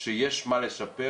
שיש מה לשפר